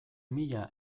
mila